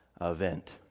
event